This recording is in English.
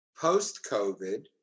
Post-COVID